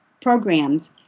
programs